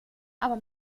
aber